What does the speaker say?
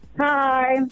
Hi